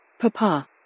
Papa